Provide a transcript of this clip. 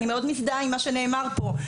אני מאוד מזדהה עם מה שנאמר פה.